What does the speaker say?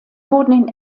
wurden